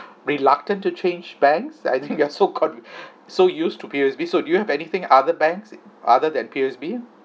reluctant to change banks I think we are so got so used to P_O_S_B so do you have anything other banks other than P_O_S_B